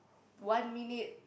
one minute